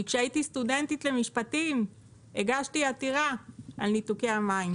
כשהייתי סטודנטית למשפטים הגשתי עתירה על ניתוקי המים.